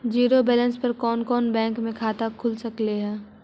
Zero balance पर कोन कोन बैंक में खाता खुल सकले हे?